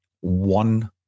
one